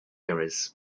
eras